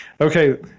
Okay